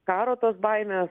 karo tos baimės